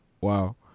Wow